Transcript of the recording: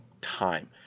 time